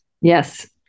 Yes